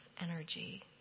energy